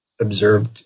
observed